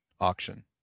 auction